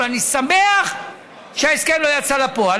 אבל אני שמח שההסכם לא יצא לפועל,